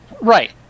Right